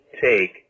take